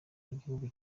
igihugu